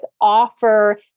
offer